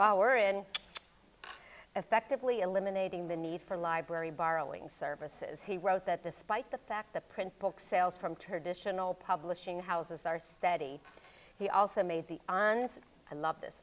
while we're in effectively eliminating the need for library borrowing services he wrote that despite the fact that print books sales from traditional publishing houses are steady he also made the on i love this